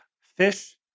Fish